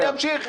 אני אמשיך.